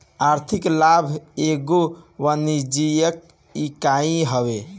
आर्थिक लाभ एगो वाणिज्यिक इकाई हवे